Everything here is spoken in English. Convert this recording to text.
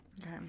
Okay